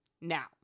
Now